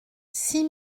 six